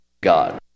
God